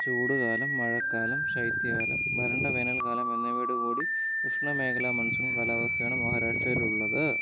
ചൂടുകാലം മഴക്കാലം ശൈത്യകാലം വരണ്ട വേനൽക്കാലം എന്നിവയോടുകൂടി ഉഷ്ണമേഖലാ മൺസൂൺ കാലാവസ്ഥയാണ് മഹാരാഷ്ട്രയിലുള്ളത്